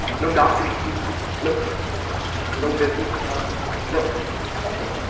no doctors degrees no no business accomplishment, no nothing